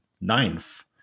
ninth